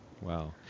Wow